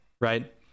right